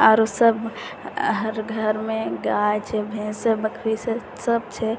आरो सब हर घर मे गाय छै भैंस छै बकरी छै सब छै